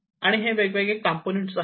आणि हे वेगवेगळे कॉम्पोनन्ट्स आहेत